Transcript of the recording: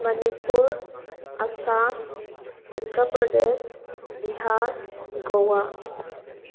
Manipur Assam Uttar Pradesh Bihar Goa